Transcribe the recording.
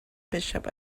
bishop